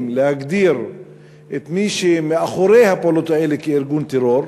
להגדיר את מי שמאחורי הפעולות האלה כארגון טרור,